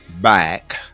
back